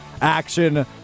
action